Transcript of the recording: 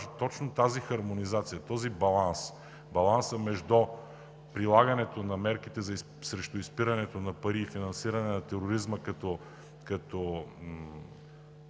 точно тази хармонизация, този баланс – балансът от прилагането на мерките срещу изпирането на пари и финансиране на тероризма като